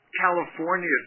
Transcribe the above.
California